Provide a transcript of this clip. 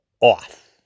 off